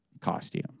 costume